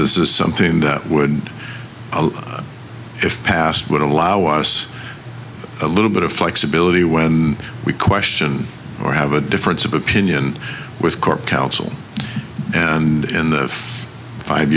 this is something that would if passed would allow us a little bit of flexibility when we question or have a difference of opinion with cork counsel and in the five